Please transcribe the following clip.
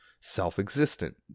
self-existent